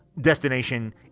destination